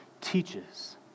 teaches